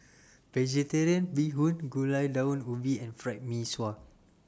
Vegetarian Bee Hoon Gulai Daun Ubi and Fried Mee Sua